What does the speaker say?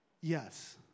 yes